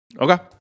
Okay